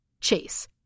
Chase